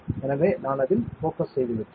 எனவே நான் அதில் போகஸ் செய்துவிட்டேன்